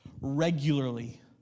regularly